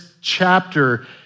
chapter